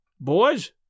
Boys